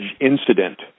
incident